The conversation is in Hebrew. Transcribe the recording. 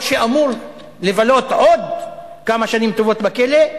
או אמור לבלות עוד כמה שנים טובות בכלא,